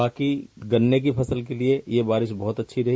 बाकी गन्ने की फसल के लिये यह बारिश बहुत अच्छी रही